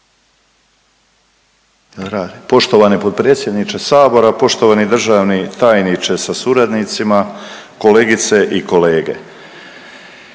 Poštovani potpredsjedniče sabora, poštovani državni tajniče sa suradnicima, kolegice i kolege.